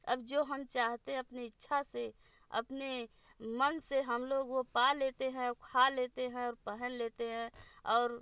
अब जो हम चाहते अपनी इच्छा से अपने मन से हम लोग वो पा लेते हैं औ खा लेते हैं और पहन लेते हैं और